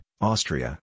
Austria